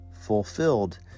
fulfilled